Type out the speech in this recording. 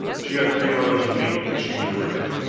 she got three dollars a week, but she was worth it.